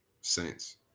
Saints